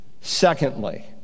Secondly